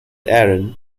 aaron